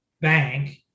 bank